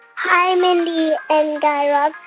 hi, mindy and guy raz.